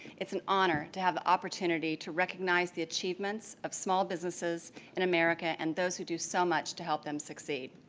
it's an honor to have the opportunity to recognize the achievements of small businesses in america and those who do so much to help them succeed.